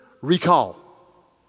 recall